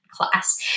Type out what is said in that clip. class